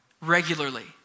regularly